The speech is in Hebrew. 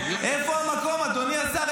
איפה המקום, אדוני השר?